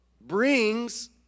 brings